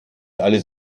alles